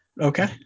Okay